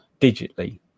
digitally